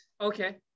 Okay